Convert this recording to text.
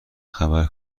خبر